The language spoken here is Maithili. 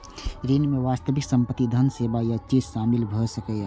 ऋण मे वास्तविक संपत्ति, धन, सेवा या चीज शामिल भए सकैए